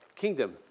kingdom